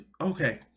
okay